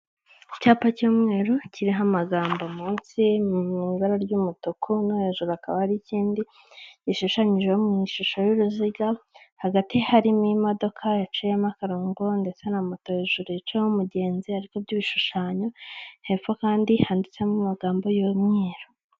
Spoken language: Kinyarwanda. Icyapa cy'umweru kiriho amagambo munsi mu ibara ry'umutuku no hejuru hakaba hariho ikindi gishushanyijeho mu ishusho y'uruziga, hagati harimo imodoka yacimo akarongo ndetse na moto hejuru yicaho umugenzi ariko by'ibishushanyo, hepfo kandi handitsemo amagambo y'umweru.